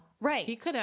Right